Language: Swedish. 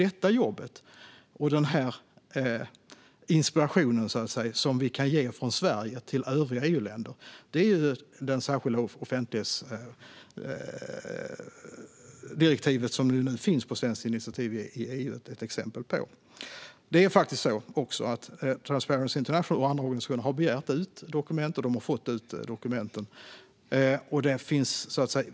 Ett exempel på den inspiration som vi kan ge från Sverige till övriga EU-länder är ju det särskilda offentlighetsdirektivet, som nu finns i EU efter ett svenskt initiativ. Det är faktiskt även så att Transparency International och andra organisationer har begärt ut dokument och fått ut dem.